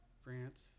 France